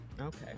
Okay